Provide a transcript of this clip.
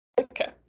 Okay